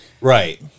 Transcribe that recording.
Right